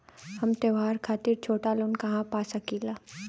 हम त्योहार खातिर छोटा लोन कहा पा सकिला?